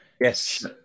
yes